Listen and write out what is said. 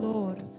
Lord